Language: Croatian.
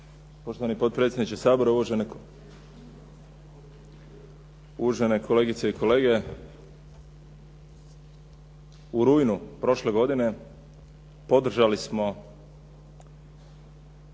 Poštovani potpredsjedniče Sabora, uvažene kolegice i kolege. U rujnu prošle godine podržali smo